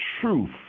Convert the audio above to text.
truth